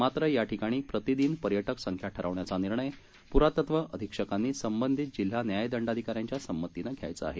मात्र याठिकाणीप्रतिदिनपर्यटकसंख्याठरवण्याचानिर्णयपुरातत्वअधीक्षकांनीसंबंधितजिल्हान्यायदंडाधिकाऱ्यांच्यासंमतीनंघ्यायचाआहे